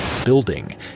building